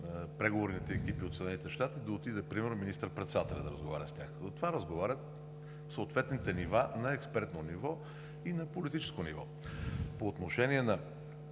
преговорните екипи от Съединените щати, да отиде примерно министър-председателят да разговаря с тях. Затова разговорят съответните нива на експертно ниво и на политическо ниво. По отношение на